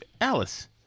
Alice